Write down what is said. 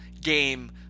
game